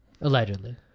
Allegedly